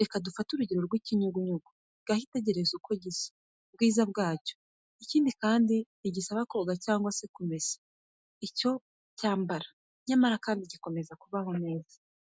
Reka dufate urugero rw'ikinyugunyugu, ngaho itegereze uko gisa, ubwiza bwa cyo. Ikindi kandi ntibigisaba koga cyangwa se kumesa ibyo cyambara! Nyamara kandi gikomeza kubaho neza!